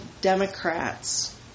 Democrats